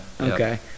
Okay